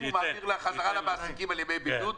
הוא מעביר בחזרה למעסיקים על ימי בידוד.